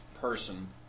person